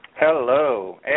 Hello